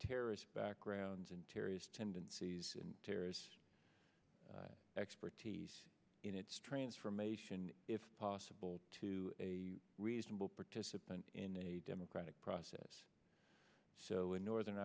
terrorist backgrounds and terrorist tendencies and terrors expertise in its transformation if possible to a reasonable participant in a democratic process so in northern